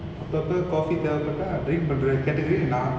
அப்பப்ப:appappa coffee தேவைபட்டா:thevaipatta drink பண்ற:panra category நா:na